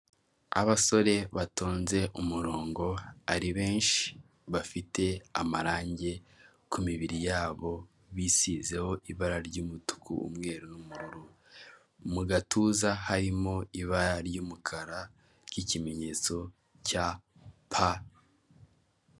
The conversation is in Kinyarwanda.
Inzu y'ubwisungane gusa hariho abakozi ba emutiyene n'abakiriya baje kugana ikigo cy'ubwisungane cyitwa buritamu, kiri mu nyubako isa n'iyubakishije amabati n'ibirahuri.